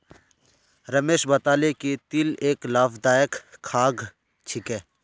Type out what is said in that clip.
रमेश बताले कि तिल एक लाभदायक खाद्य छिके